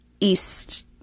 east